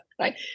right